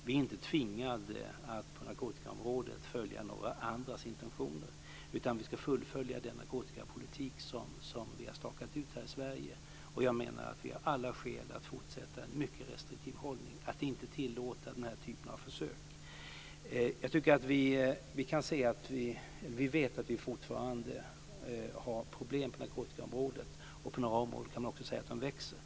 Vi är inte tvingade att på narkotikaområdet följa några andras intentioner, utan vi ska fullfölja den narkotikapolitik som vi har stakat ut här i Sverige. Jag menar att vi har alla skäl att fortsätta en mycket restriktiv hållning och att inte tillåta denna typ av försök. Vi vet att vi fortfarande har problem på narkotikaområdet, och på några områden kan vi också säga att de växer.